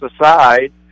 aside